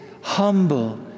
humble